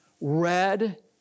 red